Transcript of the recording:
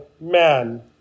man